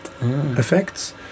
effects